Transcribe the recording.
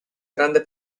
grande